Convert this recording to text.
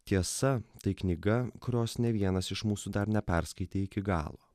tiesa tai knyga kurios ne vienas iš mūsų dar neperskaitė iki galo